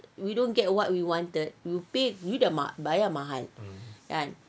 we don't get what we wanted we pay you dah bayar mahal kan